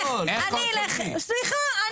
סליחה...